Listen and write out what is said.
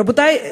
רבותי,